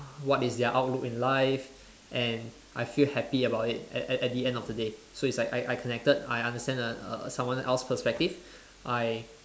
what is their outlook in life and I feel happy about it at at at the end of the day so it's like I I connected I understand uh uh someone else perspective